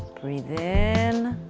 breathe in,